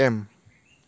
M